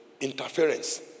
interference